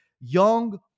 young